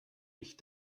mich